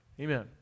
Amen